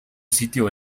sito